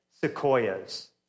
sequoias